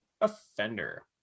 offender